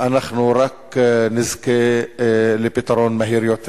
אנחנו רק נזכה לפתרון מהיר יותר.